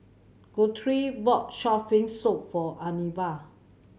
Guthrie bought Shark's Fin Soup for Anibal